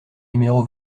numéro